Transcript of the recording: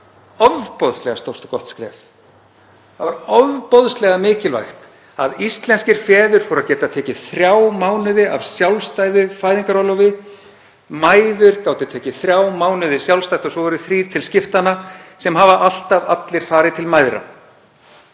Það var ofboðslega stórt og gott skref. Það var ofboðslega mikilvægt að íslenskir feður færu að geta tekið þrjá mánuði af sjálfstæðu fæðingarorlofi. Mæður gátu tekið þrjá mánuði sjálfstætt og svo voru þrír til skiptanna. Þeir hafa alltaf allir farið til mæðra